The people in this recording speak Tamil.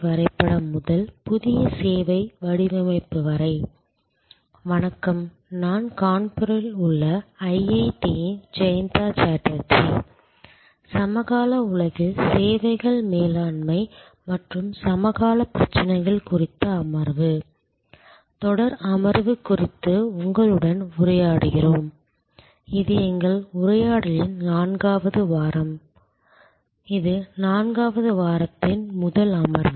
வணக்கம் நான் கான்பூரில் உள்ள ஐஐடியின் ஜெயந்த சாட்டர்ஜி சமகால உலகில் சேவைகள் மேலாண்மை மற்றும் சமகாலப் பிரச்சனைகள் குறித்த அமர்வு தொடர் அமர்வு குறித்து உங்களுடன் உரையாடுகிறோம் இது எங்கள் உரையாடலின் நான்காவது வாரம் இது முதல் அமர்வு